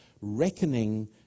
reckoning